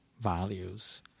values